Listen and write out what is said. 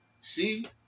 See